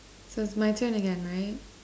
so it's my turn again right